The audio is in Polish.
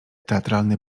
teatralny